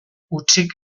hutsik